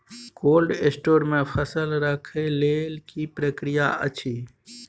Cold store मे फसल रखय लेल की प्रक्रिया अछि?